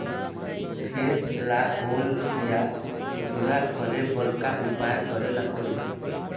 खेत ला ओल या झुरा करे बर का उपाय करेला पड़ही?